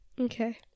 Okay